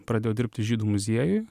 pradėjau dirbti žydų muziejuj